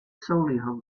solihull